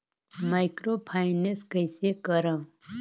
Microfinance कइसे करव?